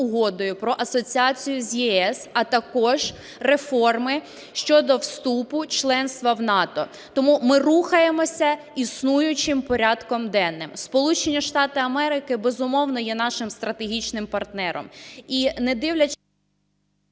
про асоціацію з ЄС, а також реформи щодо вступу членства в НАТО, тому ми рухаємося існуючим порядком денним. Сполучені Штати Америки, безумовно, є нашим стратегічним партнером. ГОЛОВУЮЧА.